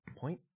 point